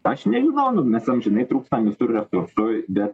aš nežinau nu mes amžinai trūkstam visur resursui bet